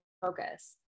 focus